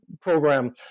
program